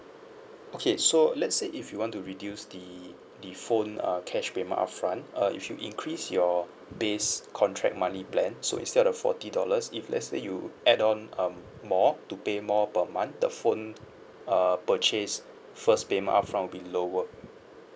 okay so let's say if you want to reduce the the phone uh cash payment upfront uh if you increase your base contract monthly plan so instead of forty dollars if let's say you add on um more to pay more per month the phone err purchase first payment upfront will be lower